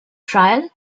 trial